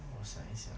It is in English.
让我想一想